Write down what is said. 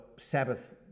Sabbath